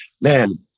man